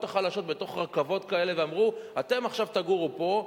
החלשות ברכבות כאלה ואמרו: אתם עכשיו תגורו פה,